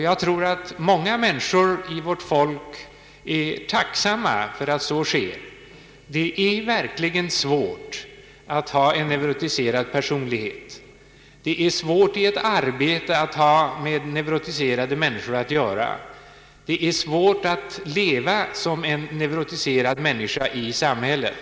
Jag tror att många människor i vårt land är tacksamma för att så sker. Det är verkligen svårt att ha en neurotiserad personlighet, och det är svårt att ha med neurotiserade människor att göra i arbetslivet. Det är svårt att leva som en neurotiserad mäninska i samhället.